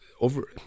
over